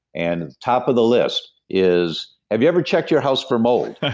and top of the list is, have you ever checked your house for mold?